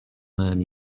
man